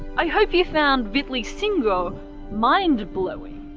i hope you found vitleysingur mind-blowing.